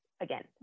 again